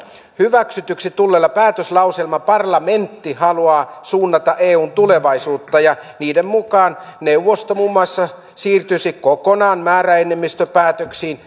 hyväksytyksi tulleilla päätöslauselmilla parlamentti haluaa suunnata eun tulevaisuutta ja niiden mukaan neuvosto muun muassa siirtyisi kokonaan määräenemmistöpäätöksiin